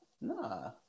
nah